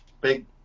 big